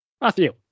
Matthew